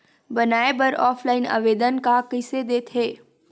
बनाये बर ऑफलाइन आवेदन का कइसे दे थे?